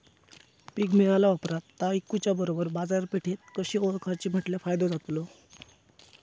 पीक मिळाल्या ऑप्रात ता इकुच्या बरोबर बाजारपेठ कशी ओळखाची म्हटल्या फायदो जातलो?